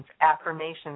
affirmations